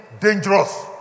dangerous